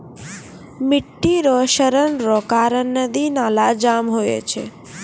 मिट्टी रो क्षरण रो कारण नदी नाला जाम हुवै छै